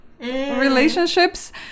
relationships